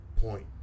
point